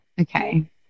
okay